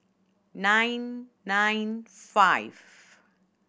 nine nine five